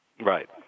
right